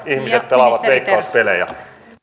pelaavat veikkauspelejä